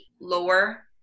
lower